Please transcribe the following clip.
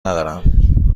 ندارم